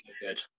good